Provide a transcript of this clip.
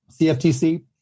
CFTC